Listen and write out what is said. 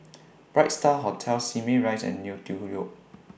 Bright STAR Hotel Simei Rise and Neo Tiew Road